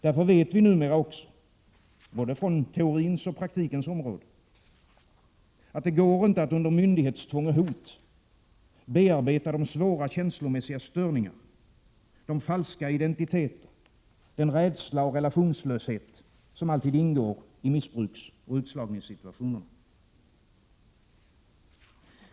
Därför vet vi numera också, från både teorins och praktikens område, att det går inte att under myndighetstvång och hot bearbeta de svåra känslomässiga störningar, de falska identiteter, den rädsla och relationslöshet som alltid ingår i missbruksoch utslagningssituationerna.